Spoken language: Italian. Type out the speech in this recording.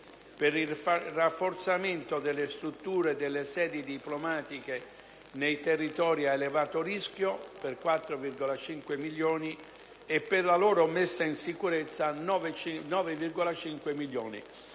per il rafforzamento delle strutture delle sedi diplomatiche nei territori ad elevato rischio (per 4,5 milioni) e per la loro messa in sicurezza (per 9,5 milioni).